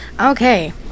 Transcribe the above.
Okay